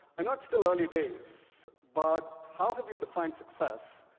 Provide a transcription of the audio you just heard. i know it's still early days, but how have you defined success?